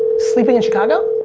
sleeping in chicago?